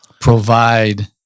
provide